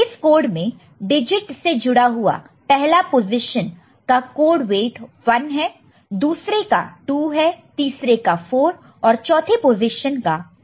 इस कोड में डिजिट से जुड़ा हुआ पहला पोजीशन का कोड वेट 1 है दूसरे का 2 तीसरे का 4 और चौथे पोजीशन का वेट चलेगा 2 है